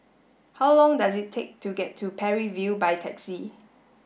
how long does it take to get to Parry View by taxi